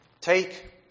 take